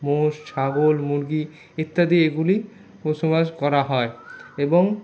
মোষ ছাগল মুরগি ইত্যাদি এগুলি বসবাস করা হয় এবং